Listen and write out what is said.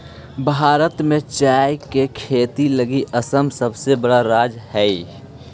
भारत में चाय के खेती लगी असम सबसे बड़ा राज्य हइ